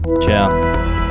Ciao